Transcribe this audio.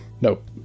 Nope